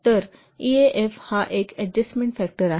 तर ईएएफ हा adjustment factor आहे